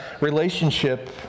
relationship